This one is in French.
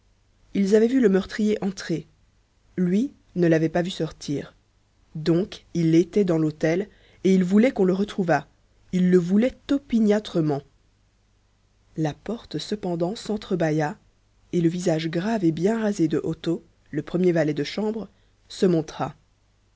ils avaient vu le meurtrier entrer lui ne l'avait pas vu sortir donc il était dans l'hôtel et il voulait qu'on le retrouvât il le voulait opiniâtrement la porte cependant sentre bâilla et le visage grave et bien rasé de otto le premier valet de chambre se montra